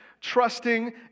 trusting